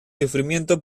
sufrimiento